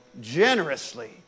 Generously